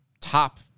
top